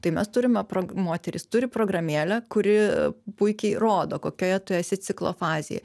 tai mes turime pro moterys turi programėlę kuri puikiai rodo kokioje tu esi ciklo fazėje